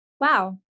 wow